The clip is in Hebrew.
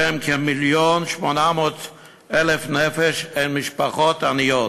שהן כ-1.8 מיליון נפש, הן משפחות עניות.